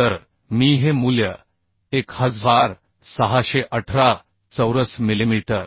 तर मी हे मूल्य 1618 चौरस मिलिमीटर